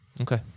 Okay